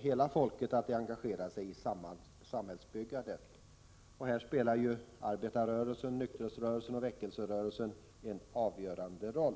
hela folket i samhällsbyggandet? Här spelar arbetarrörelsen, nykterhetsrörelsen och väckelserörelsen en avgörande roll.